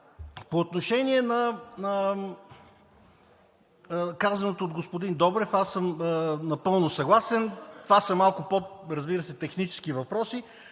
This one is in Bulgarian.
По отношение на казаното от господин Добрев, аз съм напълно съгласен. Това, разбира се, са малко пό технически въпроси,